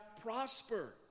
prosper